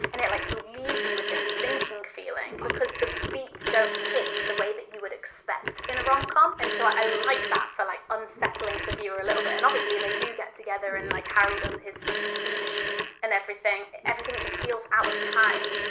and it like leaves you with this sinking feeling because the beats don't hit the way that you would expect in a rom com. and so i like that for like unsettling to the viewer a little bit. and obviously they do get together and like harry does his speech and everything. everything just feels out of time,